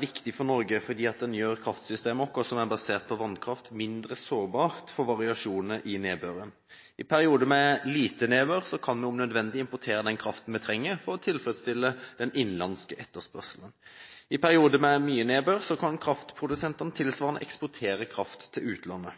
viktig for Norge fordi den gjør kraftsystemet vårt, som er basert på vannkraft, mindre sårbart for variasjoner i nedbøren. I perioder med lite nedbør kan vi om nødvendig importere den kraften vi trenger for å tilfredsstille den innenlandske etterspørselen. I perioder med mye nedbør kan kraftprodusentene tilsvarende eksportere kraft til utlandet.